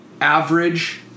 average